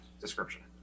description